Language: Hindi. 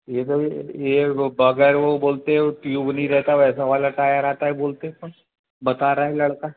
ये तो ये ये वगैर वह बोलते ट्यूब नहीं रहता वैसा वाला टायर आता है बोलते बता रहा है लड़का